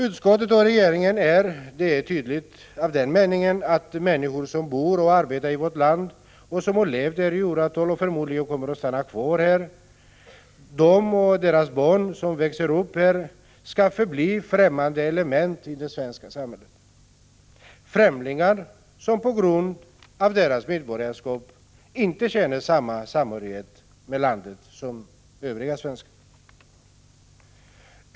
Utskottet och regeringen är — det är tydligt — av den meningen, att människor som bor och arbetar i vårt land, som har levt här i åratal och som förmodligen kommer att stanna kvar här resten av sina liv, de och deras barn, som växer upp här, skall förbli fträmmande element i det svenska samhället, främlingar som på grund av sitt medborgarskap inte känner samma samhörighet med landet som övriga svenskar.